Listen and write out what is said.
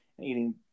eating